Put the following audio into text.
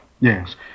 Yes